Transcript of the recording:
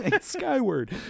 skyward